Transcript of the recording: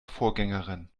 vorgängerin